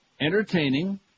entertaining